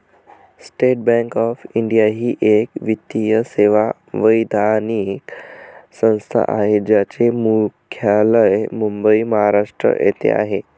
state bank of India ही एक वित्तीय सेवा वैधानिक संस्था आहे ज्याचे मुख्यालय मुंबई, महाराष्ट्र येथे आहे